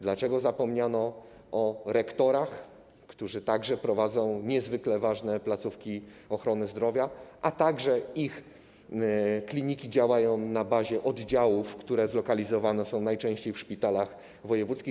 Dlaczego zapomniano o rektorach, którzy także prowadzą niezwykle ważne placówki ochrony zdrowia, a ich kliniki działają na bazie oddziałów, które są zlokalizowane najczęściej w szpitalach wojewódzkich?